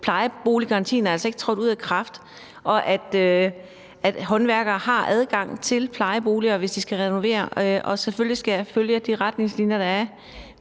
plejeboliggarantien altså ikke er trådt ud af kraft, og at håndværkere har adgang til plejeboliger, hvis de skal renovere. Selvfølgelig skal de følge de retningslinjer, der er